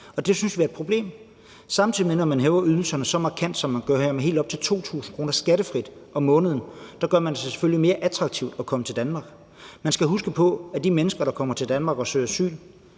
det synes vi er et problem. Samtidig med at man hæver ydelserne så markant, som man gør her – med helt op til 2.000 kr. skattefrit om måneden – gør man det selvfølgelig mere attraktivt at komme til Danmark. Man skal huske på, at de mennesker, der kommer til Danmark og søger asyl,